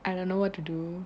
I don't know what to do